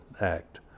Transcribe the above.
act